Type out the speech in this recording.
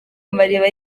amariba